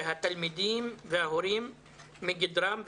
את התלמידים וההורים מגדרם,